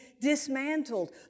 dismantled